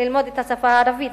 ללמוד את השפה הערבית,